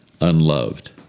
unloved